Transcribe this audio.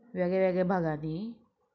वेगळ्या वेगळ्या भागांनी